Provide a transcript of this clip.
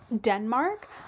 Denmark